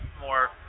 more